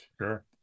Sure